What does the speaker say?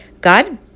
God